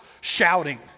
shouting